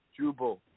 Jubo